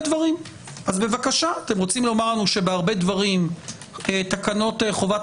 לסעיפים עצמם אז נסביר איפה זה חורג לכיוון הזה,